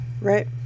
Right